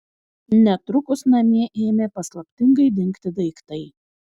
netrukus namie ėmė paslaptingai dingti daiktai